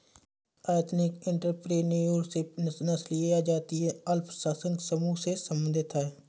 ethnic entrepreneurship नस्लीय या जातीय अल्पसंख्यक समूहों से संबंधित हैं